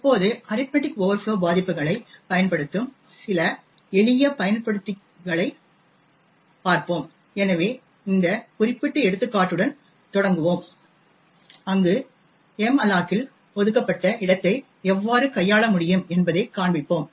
இப்போது arithmetic overflow பாதிப்புகளைப் பயன்படுத்தும் சில எளிய பயன்படுத்திகளைப் பார்ப்போம் எனவே இந்த குறிப்பிட்ட எடுத்துக்காட்டுடன் தொடங்குவோம் அங்கு மாலோக் ஆல் ஒதுக்கப்பட்ட இடத்தை எவ்வாறு கையாள முடியும் என்பதைக் காண்பிப்போம்